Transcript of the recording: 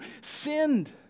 sinned